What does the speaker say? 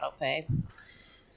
autopay